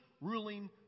ruling